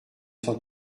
cent